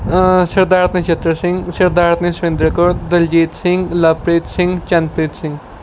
Sardar Nachhattar Singh Sardarni Surinder Kaur Daljit Singh Lovepreet Singh Channpreet Singh